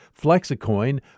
FlexiCoin